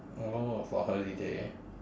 oh for holiday